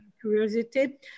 curiosity